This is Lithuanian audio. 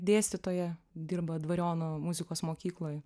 dėstytoja dirba dvariono muzikos mokykloj